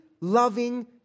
Loving